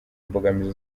imbogamizi